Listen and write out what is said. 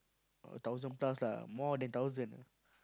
a thousand plus lah more than thousand